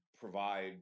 provide